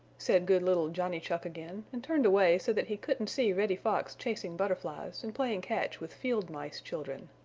said good little johnny chuck again, and turned away so that he couldn't see reddy fox chasing butterflies and playing catch with field mice children.